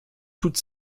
toute